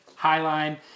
Highline